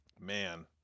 Man